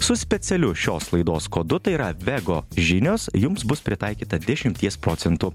su specialiu šios laidos kodu tai yra vego žinios jums bus pritaikyta dešimties procentų